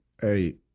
Hey